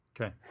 Okay